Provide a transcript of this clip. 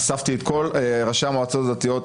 אספתי את כל ראשי המועצות הדתיות,